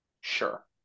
Sure